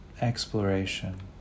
exploration